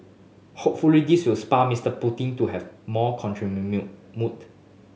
hopefully this will spur Mister Putin to have more contract mid meal mood